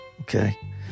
okay